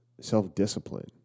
Self-discipline